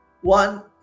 one